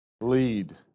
lead